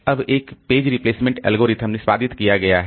अब एक page replacement algorithm निष्पादित किया गया है